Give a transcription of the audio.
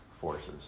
forces